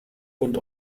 und